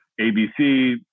ABC